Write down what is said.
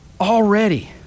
Already